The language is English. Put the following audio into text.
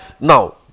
Now